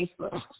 Facebook